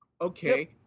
Okay